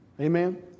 Amen